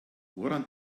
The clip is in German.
woran